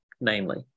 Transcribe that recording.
namely